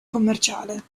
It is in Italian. commerciale